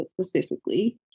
specifically